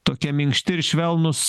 tokie minkšti ir švelnūs